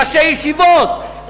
ראשי ישיבות,